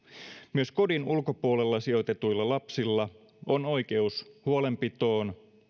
myös kodin ulkopuolelle sijoitetuilla lapsilla on oikeus huolenpitoon